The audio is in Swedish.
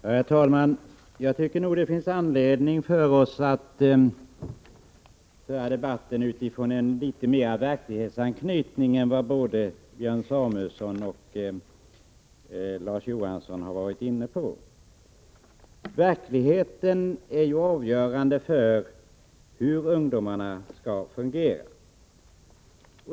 Herr talman! Jag tycker nog att det finns anledning för oss att föra en litet mera verklighetsanknuten debatt än vad både Björn Samuelson och Larz Johansson har gjort. Verkligheten är ju avgörande för hur ungdomarna skall fungera.